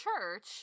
church